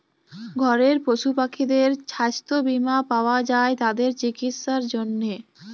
ঘরের পশু পাখিদের ছাস্থ বীমা পাওয়া যায় তাদের চিকিসার জনহে